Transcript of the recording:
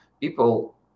people